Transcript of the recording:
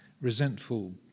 resentful